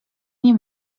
nie